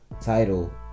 title